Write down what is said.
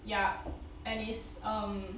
yup and it's um